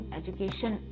education